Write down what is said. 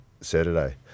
Saturday